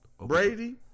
Brady